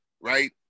right